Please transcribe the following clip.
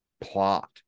plot